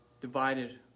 divided